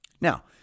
Now